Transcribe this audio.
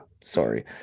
Sorry